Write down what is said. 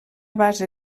base